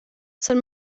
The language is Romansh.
san